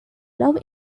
love